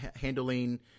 handling